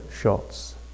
shots